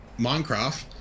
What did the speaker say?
Minecraft